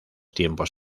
tiempos